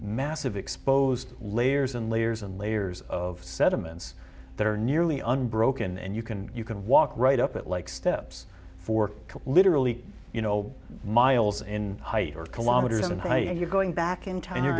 massive exposed layers and layers and layers of sediments that are nearly unbroken and you can you can walk right up it like steps for literally you know miles in height or kilometers and you're going back in time you're